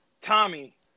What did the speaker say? Tommy